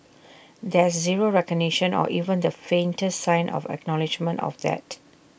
there's zero recognition or even the faintest sign of acknowledgement of that